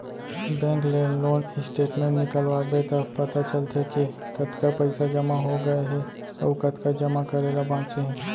bank ले loan statement निकलवाबे त पता चलथे के कतका पइसा जमा हो गए हे अउ कतका जमा करे ल बांचे हे